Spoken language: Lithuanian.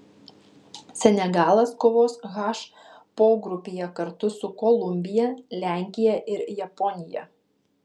senegalas kovos h pogrupyje kartu su kolumbija lenkija ir japonija